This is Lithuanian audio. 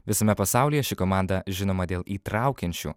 visame pasaulyje ši komanda žinoma dėl įtraukiančių